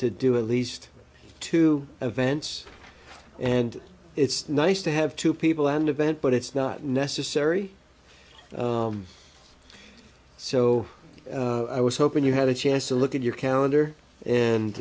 to do at least two events and it's nice to have two people and event but it's not necessary so i was hoping you had a chance to look at your calendar and